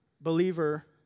believer